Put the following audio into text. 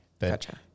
Gotcha